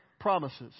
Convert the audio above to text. promises